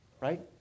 Right